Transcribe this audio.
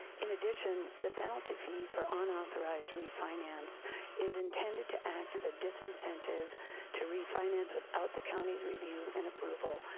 in addition, the penalty fee for unauthorized refinance is intended to act as a disincentive to refinance without the county's review and approval,